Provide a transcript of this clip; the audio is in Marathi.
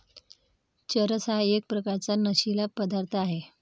चरस हा एक प्रकारचा नशीला पदार्थ आहे